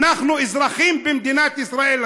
אנחנו אזרחים במדינת ישראל,